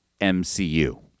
MCU